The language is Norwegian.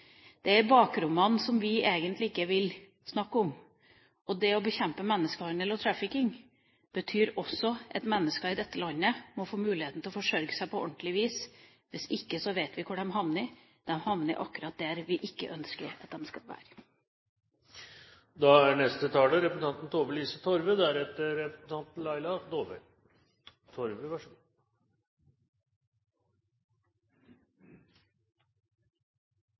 det er bakrommene som vi egentlig ikke vil snakke om. Det å bekjempe menneskehandel og trafficking betyr også at mennesker i dette landet må få mulighet til å forsørge seg på ordentlig vis. Hvis ikke vet vi hvor de havner; de havner akkurat der vi ikke ønsker at de skal